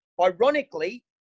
ironically